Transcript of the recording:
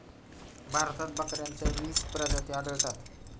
भारतात बकऱ्यांच्या वीस प्रजाती आढळतात